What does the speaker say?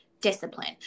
discipline